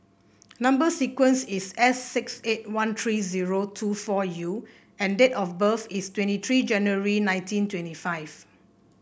number sequence is S six eight one three zero two four U and date of birth is twenty three January nineteen twenty five